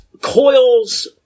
coils